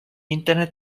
internet